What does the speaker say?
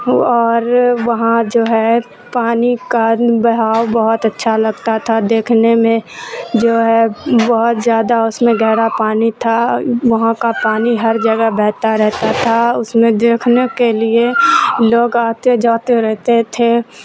اور وہاں جو ہے پانی کا بہاؤ بہت اچھا لگتا تھا دیکھنے میں جو ہے بہت زیادہ اس میں گہرا پانی تھا وہاں کا پانی ہر جگہ بہتا رہتا تھا اس میں دیکھنے کے لیے لوگ آتے جاتے رہتے تھے